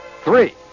three